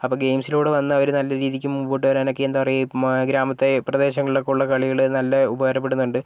അപ്പം ഗെയിംസിലൂടെ വന്നവർ നല്ല രീതിയ്ക്ക് മുൻപോട്ട് വരാനൊക്കെ എന്താ പറയാ ഗ്രാമത്തെ പ്രദേശങ്ങളിലൊക്കെയുള്ള കളികൾ നല്ല ഉപകാരപ്പെടുന്നുണ്ട്